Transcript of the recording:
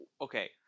okay